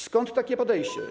Skąd takie podejście?